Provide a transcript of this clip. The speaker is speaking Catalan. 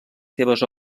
seves